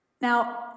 Now